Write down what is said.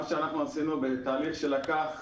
מה שעשינו בתהליך שלקח